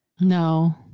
No